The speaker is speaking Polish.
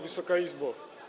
Wysoka Izbo!